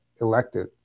elected